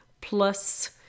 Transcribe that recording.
plus